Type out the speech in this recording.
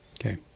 Okay